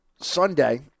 Sunday